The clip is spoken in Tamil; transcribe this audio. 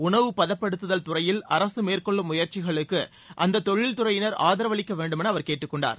உணவுப் பதப்படுத்துதல் துறையில் அரசு மேற்கொள்ளும் முயற்சிகளுக்கு அந்த தொழில்துறையினர் ஆதரவு அளிக்க வேண்டும் என்று அவர் கேட்டுக்கொண்டார்